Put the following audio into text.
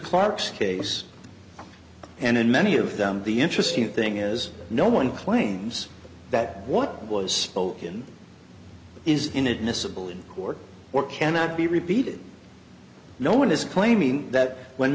clarke's case and in many of them the interesting thing is no one claims that what was spoken is inadmissible in court or cannot be repeated no one is claiming that when